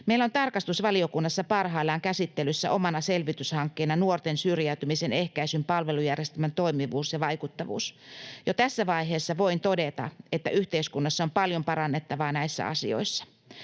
Meillä on tarkastusvaliokunnassa parhaillaan käsittelyssä omana selvityshankkeena nuorten syrjäytymisen ehkäisyn palvelujärjestelmän toimivuus ja vaikuttavuus. Jo tässä vaiheessa voin todeta, että yhteiskunnassa on paljon parannettavaa näissä asioissa.